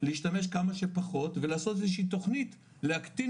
להשתמש כמה שפחות ולעשות איזו שהיא תכנית להקטין